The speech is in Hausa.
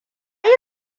yi